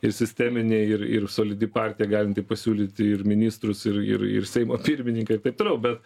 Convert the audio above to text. ir sisteminė ir ir solidi partija galinti pasiūlyti ir ministrus ir ir ir seimo pirmininką ir taip toliau bet